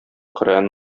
коръән